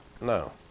no